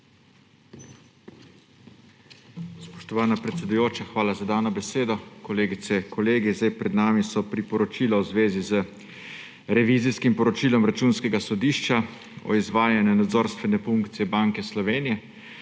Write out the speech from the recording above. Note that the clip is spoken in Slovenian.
hvala za dano besedo. Kolegice in kolegi! Pred nami so priporočila v zvezi z revizijskim poročilom Računskega sodišča o izvajanju nadzorstvene funkcije Banke Slovenije.